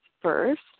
first